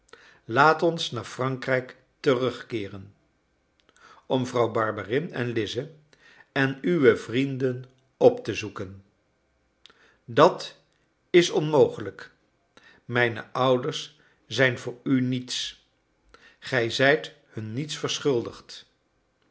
laat ons naar frankrijk terugkeeren om vrouw barberin en lize en uwe vrienden op te zoeken dat is onmogelijk mijne ouders zijn voor u niets gij zijt hun niets verschuldigd